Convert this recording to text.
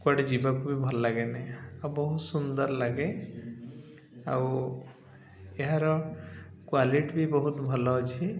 କୁଆଡ଼େ ଯିବାକୁ ବି ଭଲ ଲାଗେନି ଆଉ ବହୁତ ସୁନ୍ଦର ଲାଗେ ଆଉ ଏହାର କ୍ଵାଲିଟିବି ବହୁତ ଭଲ ଅଛି